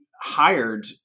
hired